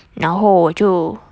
然后我就